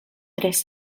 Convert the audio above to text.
tres